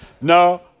No